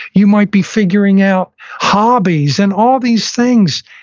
you might be figuring out hobbies and all these things,